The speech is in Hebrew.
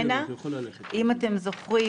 אם אתם זוכרים,